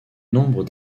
nombre